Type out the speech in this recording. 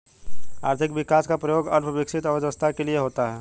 आर्थिक विकास का प्रयोग अल्प विकसित अर्थव्यवस्था के लिए होता है